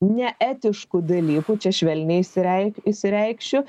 neetiškų dalykų čia švelniai išsirei išsireikšiu